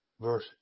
verse